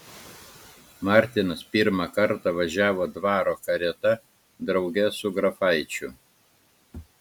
martynas pirmą kartą važiavo dvaro karieta drauge su grafaičiu